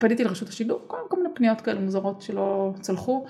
פניתי לרשות השידור כל מיני פניות כאלה מוזרות שלא צלחו.